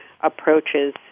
approaches